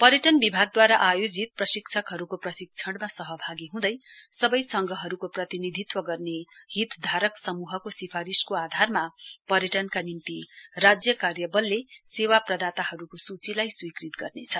पर्यटन विभागद्वारा आयोजित प्रशिक्षकहरूको प्रशिक्षणमा सहभागी हुँदै सबै संघहरूको प्रतिनिधित्व गर्ने हितधारक समूहको सिफारिसको आधारमा पर्यटनका निम्ति राज्य कार्य बलले सेवा प्रदाताहरूको सूचीहरूलाई स्वीकृत गर्नेछ